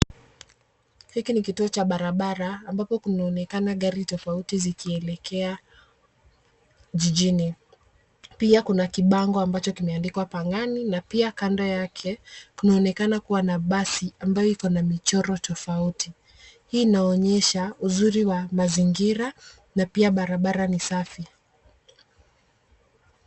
Hiki ni kituo cha barabara ambapo kuonaonekana gari tofauti zikielekea jijini, pia kuna kibango ambacho kimeandikwa Pangani na pia kando yake kunaonekana kuwa na basi ambayo iko na michoro tofauti. Hii inaonyesha uzuri wa mazingira na pia barabara ni safi.